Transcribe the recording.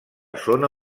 zona